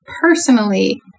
personally